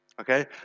Okay